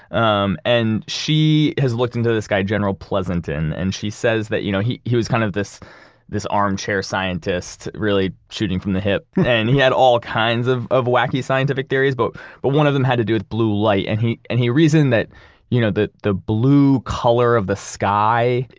um and she has looked into this guy, general pleasanton, and she says that you know he he was kind of this this armchair scientist, really shooting from the hip, and he had all kinds of of wacky scientific theories but but one of them had to do with blue light, and he and he reasoned that you know the the blue color of the sky,